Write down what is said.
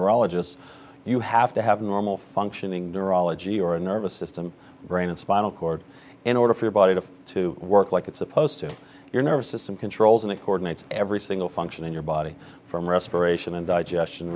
neurologists you have to have a normal functioning neurology or a nervous system brain and spinal cord in order for your body to to work like it's supposed to your nervous system controls in accordance every single function in your body from respiration indigestion